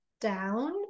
down